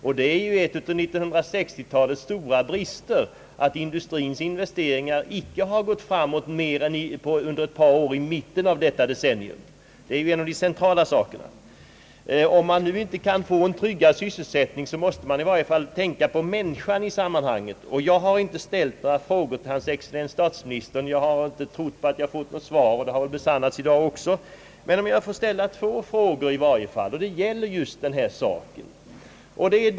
Det är ett av 1960-talets stora brister, att industrins investeringar inte har gått framåt mer än under ett par år i mitten av decenniet. Om man inte kan trygga sysselsättningen, måste man tänka på människan i sammanhanget. Jag har inte ställt några frågor till hans excellens statsministern — jag har inte trott att jag skulle få något svar, och det har väl besannats i dag också. Men låt mig nu ändå få ställa två frågor som just gäller denna sak.